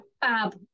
fab